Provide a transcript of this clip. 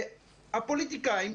הפוליטיקאים,